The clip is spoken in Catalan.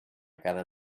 cada